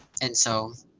and so?